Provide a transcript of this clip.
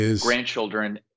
grandchildren